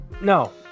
no